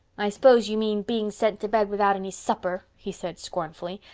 i s'pose you mean being sent to bed without any supper, he said scornfully,